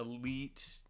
elite